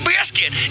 Biscuit